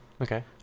Okay